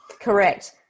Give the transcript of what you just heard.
Correct